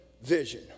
Vision